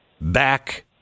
back